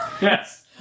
Yes